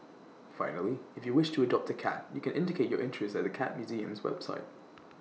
finally if you wish to adopt A cat you can indicate your interest at the cat museum's website